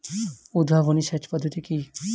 উদ্ভাবনী সেচ পদ্ধতি কি?